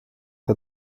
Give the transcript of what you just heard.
hat